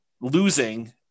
losing